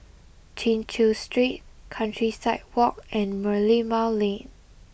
Chin Chew Street Countryside Walk and Merlimau Lane